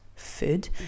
food